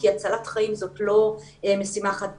כי הצלת חיים זאת לא משימה חד פעמית,